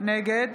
נגד